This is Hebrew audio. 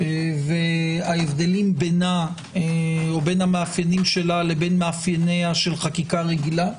וההבדלים בינה או בין מאפייניה לבין מאפייני חקיקה רגילה.